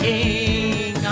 King